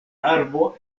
arbo